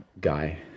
guy